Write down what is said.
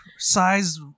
Size